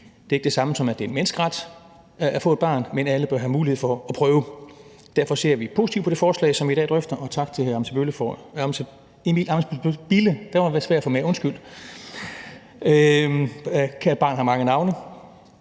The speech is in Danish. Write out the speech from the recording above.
Det er ikke det samme som, at det er en menneskeret at få et barn, men alle bør have mulighed for at prøve. Derfor ser vi positivt på det forslag, som vi i dag drøfter, og siger tak til hr. Simon Emil Ammitzbøll-Bille. Det er et forslag om en